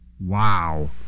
Wow